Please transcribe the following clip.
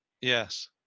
Yes